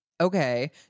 Okay